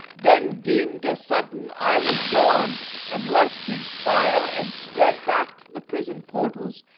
then deemed a-sudden i was gone and left his fire, and sped back to the prison portals,